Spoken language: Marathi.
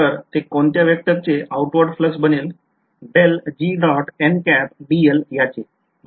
तर हे कोणत्या वेक्टर चे outward flux बनेल याचे बरोबर